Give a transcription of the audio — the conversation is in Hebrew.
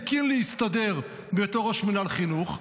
אם קינלי הסתדר בתור ראש מינהל חינוך,